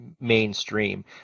mainstream